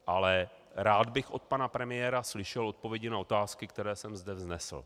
Ale rád bych od pana premiéra slyšel odpovědi na otázky, které jsem zde vznesl.